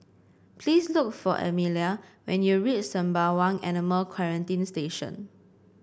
please look for Emilia when you reach Sembawang Animal Quarantine Station